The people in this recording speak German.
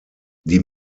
die